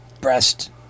breast